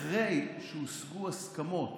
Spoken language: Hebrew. אחרי שהושגו הסכמות